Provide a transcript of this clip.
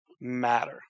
matter